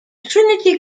trinity